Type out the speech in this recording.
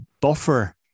buffer